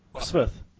Smith